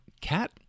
Cat